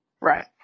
Right